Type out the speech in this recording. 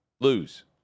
lose